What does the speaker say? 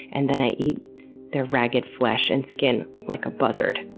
and then i eat their ragged flesh and skin like a buzzard.